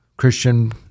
Christian